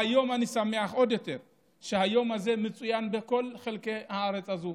והיום אני שמח עוד יותר שהיום הזה מצוין בכל חלקי הארץ הזאת,